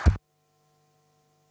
Hvala